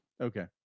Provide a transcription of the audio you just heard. Okay